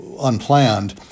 unplanned